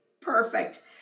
Perfect